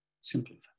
simplify